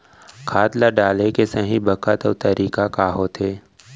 खाद ल डाले के सही बखत अऊ तरीका का होथे?